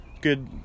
Good